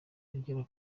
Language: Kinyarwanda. agera